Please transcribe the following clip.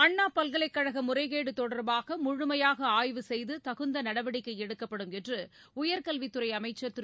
அண்ணா பல்கலைக்கழக முறைகேடு தொடர்பாக முழுமையாக ஆய்வு செய்து தகுந்த நடவடிக்கை எடுக்கப்படும் என்று உயர்கல்வித்துறை அமைச்சர் திரு